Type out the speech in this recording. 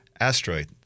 asteroid